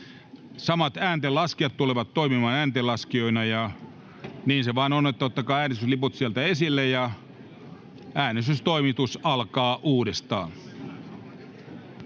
Samat ääntenlaskijat tulevat toimimaan ääntenlaskijoina, ja niin se vain on, että ottakaa äänestysliput sieltä esille ja äänestystoimitus alkaa uudestaan.